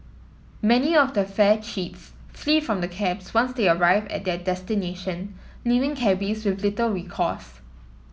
many of the fare cheats flee from the cabs once they arrive at their destination leaving cabbies with little recourse